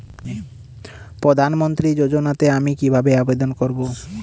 প্রধান মন্ত্রী যোজনাতে আমি কিভাবে আবেদন করবো?